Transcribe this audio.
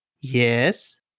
Yes